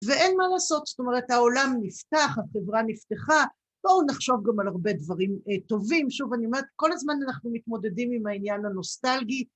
ואין מה לעשות, זאת אומרת העולם נפתח, החברה נפתחה, בואו נחשוב גם על הרבה דברים טובים, שוב אני אומרת כל הזמן אנחנו מתמודדים עם העניין הנוסטלגי